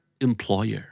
employer